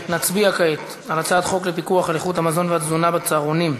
נצביע כעת על הצעת חוק לפיקוח על איכות המזון ולתזונה נכונה בצהרונים,